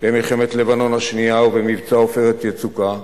במלחמת לבנון השנייה ובמבצע "עופרת יצוקה"